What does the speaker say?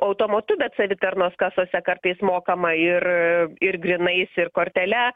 automatu bet savitarnos kasose kartais mokama ir ir grynais ir kortele